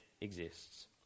exists